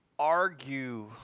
Argue